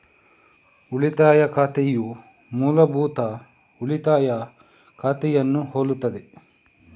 ಉಳಿತಾಯ ಖಾತೆಯು ಮೂಲಭೂತ ಉಳಿತಾಯ ಖಾತೆಯನ್ನು ಹೋಲುತ್ತದೆ